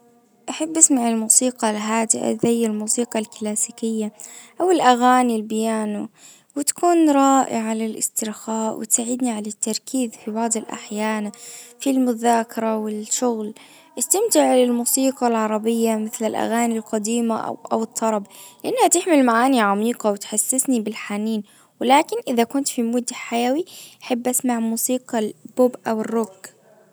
احب اسمع الموسيقى الهادئة زي الموسيقى الكلاسيكية او الاغاني البيانو. وتكون رائعة للاسترخاء وتساعدني على التركيز في بعض الاحيان في المذاكرة والشغل استمتع بالموسيقى العربية مثل الاغاني القديمة او او الطرب. لانها تحمل معاني عميقة وتحسسني بالحنين ولكن اذا كنت في مود حيوي احب اسمع موسيقى البوب او الروك